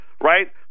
right